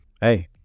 Hey